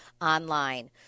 online